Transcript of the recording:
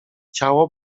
ciało